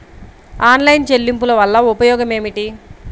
Online చెల్లింపుల వల్ల ఉపయోగమేమిటీ?